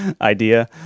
Idea